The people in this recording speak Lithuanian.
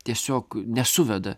tiesiog nesuveda